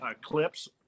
clips